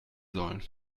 sollen